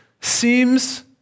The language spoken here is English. seems